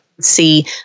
see